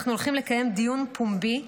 אנחנו הולכים לקיים דיון פומבי גדול,